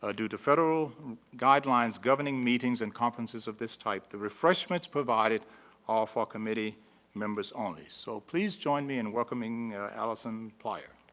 ah due to federal guidelines governing meetings and conferences of this type, the refreshments provided are for committee members only. so please join me in welcoming allison plyer,